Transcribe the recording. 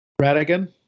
Radigan